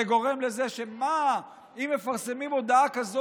זה גורם לזה שאם מפרסמים מודעה כזאת